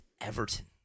Everton